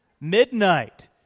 Midnight